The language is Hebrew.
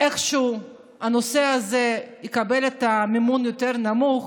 שאיכשהו הנושא הזה יקבל מימון יותר נמוך,